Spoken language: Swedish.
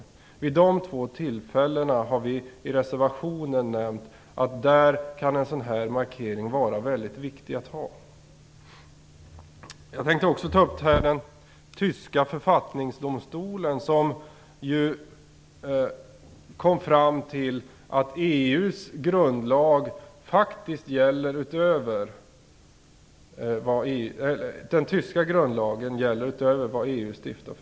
När det gäller dessa båda tillfällen nämner vi i reservationen att det kan vara väldigt viktigt att ha nämnda markering. Jag tänkte också nämna den tyska författningsdomstolen, som ju kommit fram till att den tyska grundlagen faktiskt gäller utöver lagar som EU stiftar.